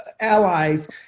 allies